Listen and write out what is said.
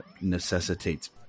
necessitates